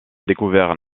découvert